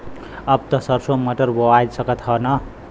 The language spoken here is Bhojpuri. अब त सरसो मटर बोआय सकत ह न?